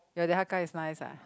ya the har-gow is nice ah